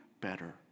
better